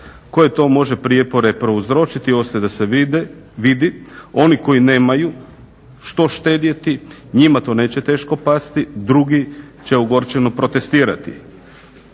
Koje to može prijepore prouzročiti ostaje da se vidi. Oni koji nemaju što štedjeti njima to neće teško pasti, drugi će ogorčeno protestirati.